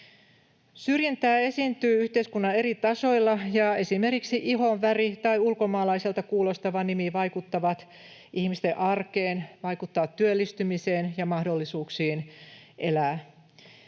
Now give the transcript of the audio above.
Syrjintää esiintyy yhteiskunnan eri tasoilla, ja esimerkiksi ihonväri tai ulkomaalaiselta kuulostava nimi vaikuttaa ihmisten arkeen, vaikuttaa työllistymiseen ja mahdollisuuksiin elää.